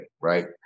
right